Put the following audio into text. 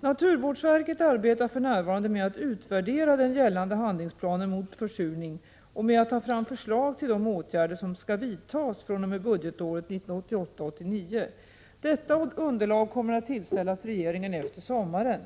Naturvårdsverket arbetar för närvarande med att utvärdera den gällande handlingsplanen mot försurning och med att ta fram förslag till de åtgärder som skall vidtas fr.o.m. budgetåret 1988/89. Detta underlag kommer att tillställas regeringen efter sommaren.